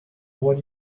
what